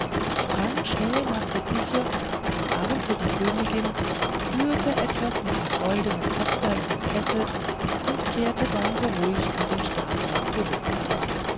sprang schnell nach der küche umarmte die königin rührte etwas mit dem goldnen zepter in dem kessel und kehrte dann beruhigt in den staatsrat zurück